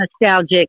nostalgic